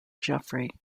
jeffery